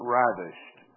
ravished